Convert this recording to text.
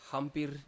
Hampir